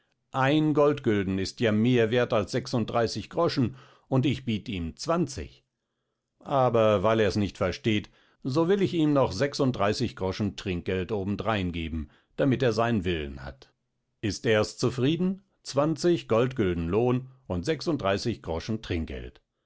ein goldgülden ist ja mehr werth als sechs und dreißig groschen und ich biet ihm zwanzig aber weil ers nicht versteht so will ich ihm noch sechs und dreißig groschen trinkgeld obendrein geben damit er seinen willen hat ist ers zufrieden zwanzig goldgülden lohn und sechs und dreißig groschen trinkgeld